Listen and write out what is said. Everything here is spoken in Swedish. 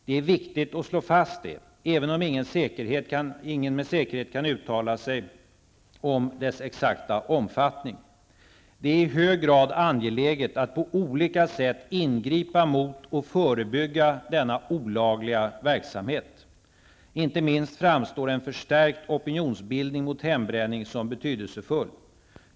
Det är viktigt att slå fast detta, även om ingen med säkerhet kan uttala sig om dess exakta omfattning. Det är i hög grad angeläget att på olika sätt ingripa mot och förebygga denna olagliga verksamhet. Inte minst framstår en förstärkt opinionsbildning mot hembränning som betydelsefull.